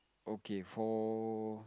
okay for